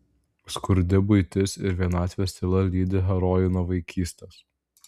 skurdi buitis ir vienatvės tyla lydi herojų nuo vaikystės